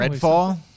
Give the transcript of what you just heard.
Redfall